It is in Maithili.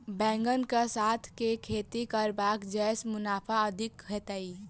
बैंगन कऽ साथ केँ खेती करब जयसँ मुनाफा अधिक हेतइ?